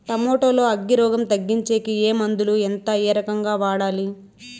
Tomato లో అగ్గి రోగం తగ్గించేకి ఏ మందులు? ఎంత? ఏ రకంగా వాడాలి?